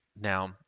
Now